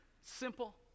Simple